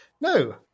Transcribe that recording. no